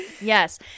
yes